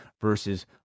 versus